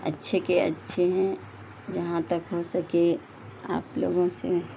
اچھے کے اچھے ہیں جہاں تک ہو سکے آپ لوگوں سے